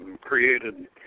created